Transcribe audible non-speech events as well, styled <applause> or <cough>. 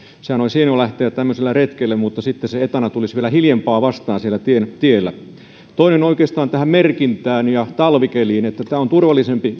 sehän olisi hienoa lähteä tämmöisellä retkelle mutta sitten se etana tulisi vielä hiljempaa vastaan siellä tiellä toiseksi oikeastaan merkintään ja talvikeliin kevytauto on turvallisempi <unintelligible>